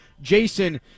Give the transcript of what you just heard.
Jason